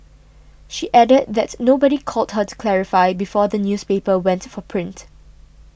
she added that nobody called her to clarify before the newspaper went for print